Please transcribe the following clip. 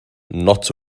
not